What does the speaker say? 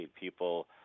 people